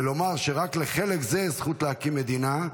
ולומר שרק לחלק זה זכות להקים מדינה,